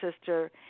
sister